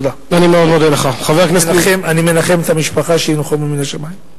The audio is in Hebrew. אני מנחם את המשפחה, שינוחמו מהשמים.